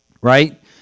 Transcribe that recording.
right